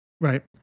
Right